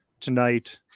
Tonight